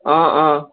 অঁ অঁ